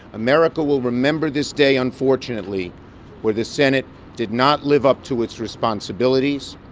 america will remember this day unfortunately where the senate did not live up to its responsibilities,